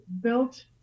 built